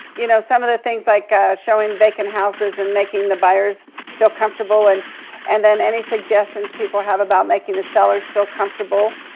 you know, some of the things like ah showing vacant houses, and making the buyers feel comfortable and and then any suggestions people have about making the sellers feel comfortable.